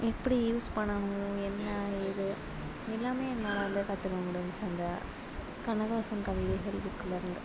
எப்படி யூஸ் பண்ணனும் என்ன ஏது எல்லாமே என்னால் வந்து கற்றுக்க முடிஞ்ச்சி அந்த கண்ணதாசன் கவிதைகள் புக்குல இருந்து